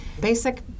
basic